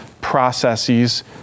processes